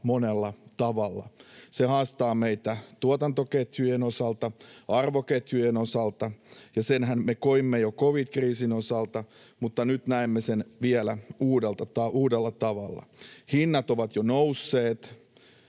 monella tavalla. Se haastaa meitä tuotantoketjujen osalta, arvoketjujen osalta, ja senhän me koimme jo covid-kriisin osalta, mutta nyt näemme sen vielä uudella tavalla. Hinnat ovat jo nousseet